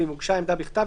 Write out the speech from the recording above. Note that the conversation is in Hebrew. ואם הוגשה העמדה בכתב,